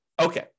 Okay